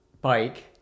bike